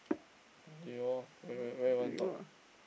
do you where where where you want to talk